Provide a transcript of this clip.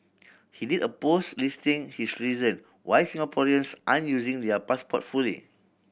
he did a post listing his reason why Singaporeans aren't using their passport fully